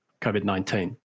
COVID-19